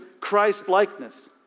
Christ-likeness